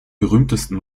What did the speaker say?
berühmtesten